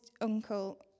uncle